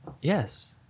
Yes